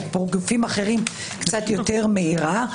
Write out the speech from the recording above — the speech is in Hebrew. ובגופים אחרים קצת יותר מהירה.